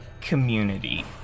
community